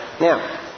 Now